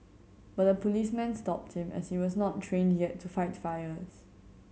but the policeman stopped him as he was not trained yet to fight fires